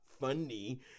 funny